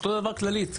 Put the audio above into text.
אותו דבר כללית.